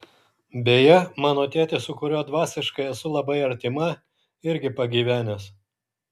beje mano tėtis su kuriuo dvasiškai esu labai artima irgi pagyvenęs